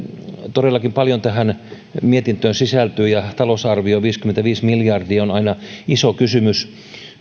todellakin paljon tähän mietintöön sisältyy ja talousarvio viisikymmentäviisi miljardia on aina iso kysymys